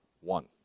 One